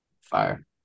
Fire